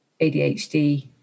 ADHD